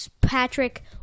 Patrick